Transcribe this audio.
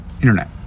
internet